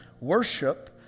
Worship